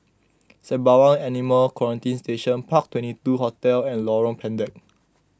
Sembawang Animal Quarantine Station Park Twenty two Hotel and Lorong Pendek